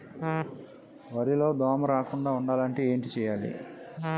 వరిలో దోమ రాకుండ ఉండాలంటే ఏంటి చేయాలి?